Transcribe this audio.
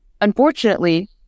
Unfortunately